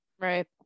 Right